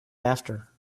after